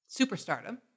superstardom